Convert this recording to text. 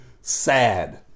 Sad